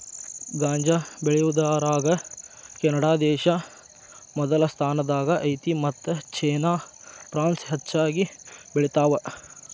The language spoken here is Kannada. ಗಾಂಜಾ ಬೆಳಿಯುದರಾಗ ಕೆನಡಾದೇಶಾ ಮೊದಲ ಸ್ಥಾನದಾಗ ಐತಿ ಮತ್ತ ಚೇನಾ ಪ್ರಾನ್ಸ್ ಹೆಚಗಿ ಬೆಳಿತಾವ